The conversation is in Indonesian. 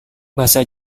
bahasa